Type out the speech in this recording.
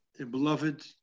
beloved